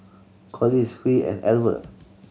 Collis Huy and Alver